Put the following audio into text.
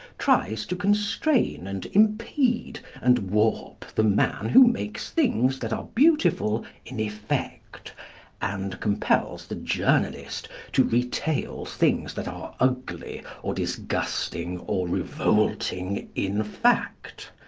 tries to constrain and impede and warp the man who makes things that are beautiful in effect, and compels the journalist to retail things that are ugly, or disgusting, or revolting in fact,